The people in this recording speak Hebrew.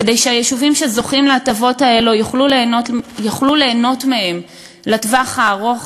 כדי שהיישובים שזוכים להטבות האלה יוכלו ליהנות מהן לטווח הארוך,